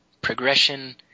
progression